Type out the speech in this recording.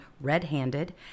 red-handed